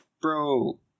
Bro